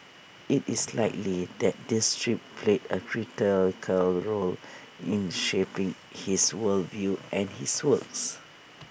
IT is likely that this trip played A role in shaping his world view and his works